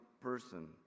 person